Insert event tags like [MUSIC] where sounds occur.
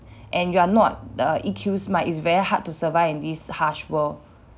[BREATH] and you are not uh E_Q smart it's very hard to survive in this harsh world